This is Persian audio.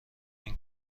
این